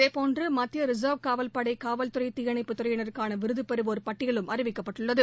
இதேபோன்று மத்திய ரிசர்வ் காவல்படை காவல்துறை தீயணைப்பு துறையினருக்கான விருத பெறுவோர் பட்டியலும் அறிவிக்கப்பட்டுள்ளது